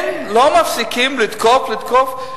לא מפסיקים לתקוף, לתקוף.